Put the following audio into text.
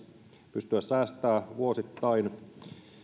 pystyä säästämään vuosittain